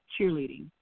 cheerleading